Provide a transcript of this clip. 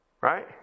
Right